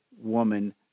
woman